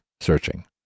searching